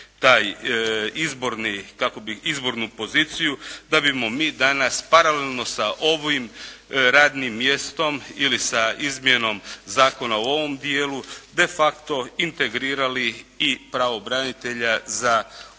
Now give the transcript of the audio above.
tu izbornu poziciju da bismo mi danas paralelno sa ovim radnim mjestom ili sa izmjenom zakona u ovom dijelu de facto integrirali i pravobranitelja za umirovljenike.